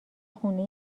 خونه